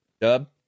Dub